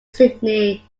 sydney